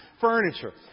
Furniture